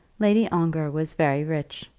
lady ongar was very rich.